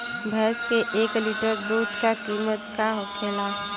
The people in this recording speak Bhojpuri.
भैंस के एक लीटर दूध का कीमत का होखेला?